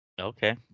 Okay